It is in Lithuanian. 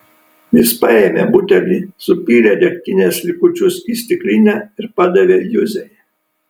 jis paėmė butelį supylė degtinės likučius į stiklinę ir padavė juzei